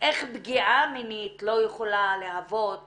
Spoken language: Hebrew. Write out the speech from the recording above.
איך פגיעה מינית לא יכולה להוות